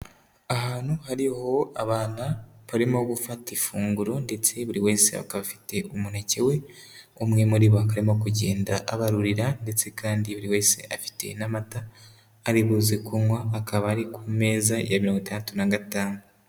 Ahantu hariho abana barimo gufata ifunguro ndetse buri wese akaba afite umuneke we, umwe muri bo akaba arimo kugenda abarurira ndetse kandi buri wese afite n'amata ari buze kunywa, akaba ari ku meza ya mirongo itandatu na gatanu.